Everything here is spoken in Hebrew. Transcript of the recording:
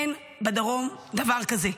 אין בדרום דבר כזה.